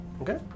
Okay